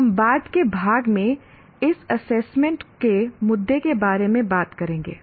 हम बाद के भाग में इस एसेसमेंट के मुद्दों के बारे में बात करेंगे